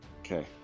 Okay